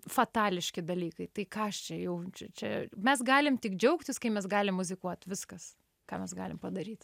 fatališki dalykai tai ką aš jaučiu čia mes galim tik džiaugtis kai mes galim muzikuot viskas ką mes galim padaryt